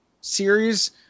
series